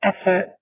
effort